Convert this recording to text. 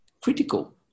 critical